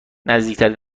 نزدیکترین